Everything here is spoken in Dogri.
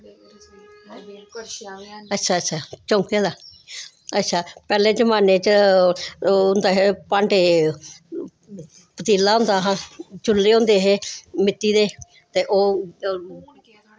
अच्छा अच्छा चौंके दा अच्छा पैह्ले जमाने च ओह् होंदे हे भांडे पतीला होंदा दा चुल्ले होंदे हे मित्ती दे ते ओह्